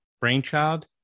brainchild